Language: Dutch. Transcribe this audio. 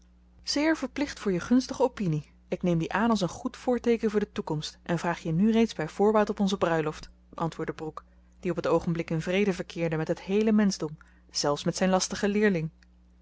zeer verplicht voor je gunstige opinie ik neem die aan als een goed voorteeken voor de toekomst en vraag je nu reeds bij voorbaat op onze bruiloft antwoordde brooke die op het oogenblik in vrede verkeerde met het heele menschdom zelfs met zijn lastigen leerling